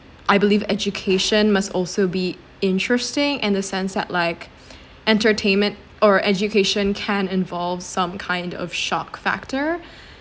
I believe education must also be interesting in the sense that like entertainment or education can involve some kind of shock factor